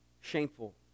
shameful